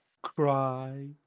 Cry